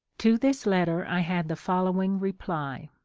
to this letter i had the following reply